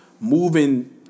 moving